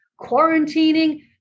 quarantining